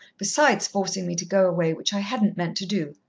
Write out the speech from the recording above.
besides forcing me to go away, which i hadn't meant to do.